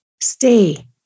stay